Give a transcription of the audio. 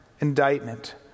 indictment